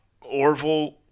Orville